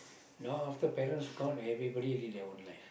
no after parents gone everybody live their own life